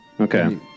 okay